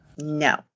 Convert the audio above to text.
No